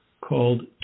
called